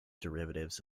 derivatives